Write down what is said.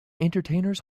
entertainers